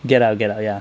get out get out ya